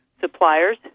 suppliers